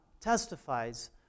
testifies